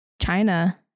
China